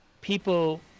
people